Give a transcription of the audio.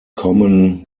common